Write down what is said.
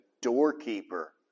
doorkeeper